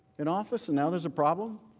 in office? and now there's a problem?